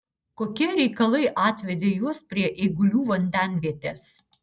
kokie reikalai atvedė juos prie eigulių vandenvietės